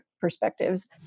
perspectives